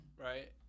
Right